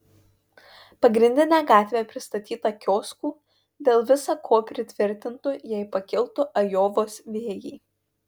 pagrindinė gatvė pristatyta kioskų dėl visa ko pritvirtintų jei pakiltų ajovos vėjai